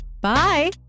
Bye